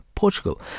Portugal